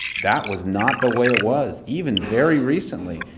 that was not the way it was, even very recently.